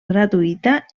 gratuïta